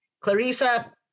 Clarissa